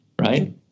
Right